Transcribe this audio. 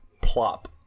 plop